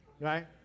right